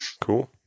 Cool